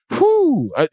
whoo